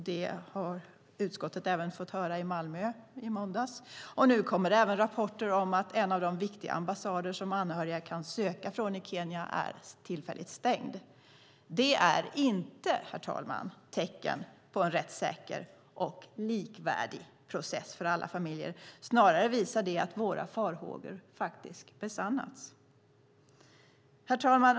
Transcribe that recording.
Det fick utskottet även höra i Malmö i måndags. Nu kommer också rapporter om att en av de viktiga ambassader som anhöriga kan söka från i Kenya är tillfälligt stängd. Det är inte, herr talman, tecken på en rättssäker och likvärdig process för alla familjer. Snarare visar det att våra farhågor faktiskt har besannats. Herr talman!